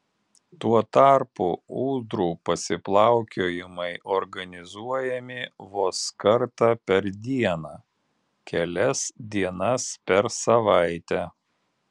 tuo tarpu ūdrų pasiplaukiojimai organizuojami vos kartą per dieną kelias dienas per savaitę